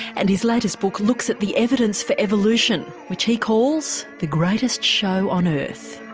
and his latest book looks at the evidence for evolution, which he calls the greatest show on earth.